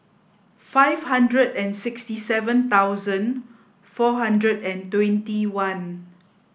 five hundred and sixty seven thousand four hundred and twenty one